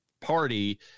party